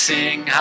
Sing